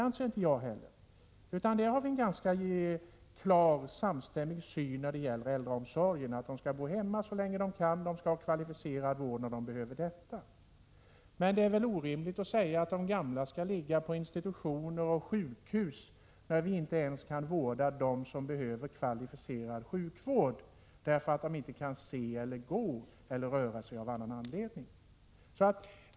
När det gäller äldreomsorgen har vi en ganska klar och samstämmig syn. De skall bo hemma så länge de kan, och de skall ha kvalificerad vård när de behöver detta. Det är orimligt att de gamla skall vara intagna på institutioner och sjukhus därför att de inte kan se eller gå eller inte kan röra sig av annan anledning, när vi inte ens kan vårda dem som behöver kvalificerad sjukvård.